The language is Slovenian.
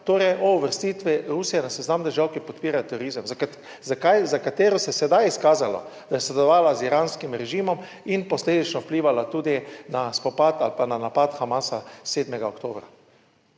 torej o uvrstitvi Rusije na seznam držav, ki podpirajo terorizem, zakaj, za katero se je sedaj izkazalo, da je sodelovala z iranskim režimom in posledično vplivala tudi na spopad ali pa na napad Hamasa 7. oktobra.